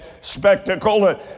spectacle